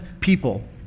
people